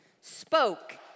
spoke